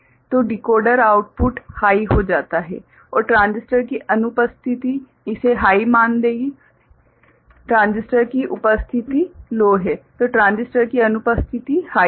तो decoder output high हो जाता है और ट्रांजिस्टर की अनुपस्थिति इसे हाइ बना देगा ट्रांजिस्टर की उपस्थिति लो है ट्रांजिस्टर की अनुपस्थिति हाइ है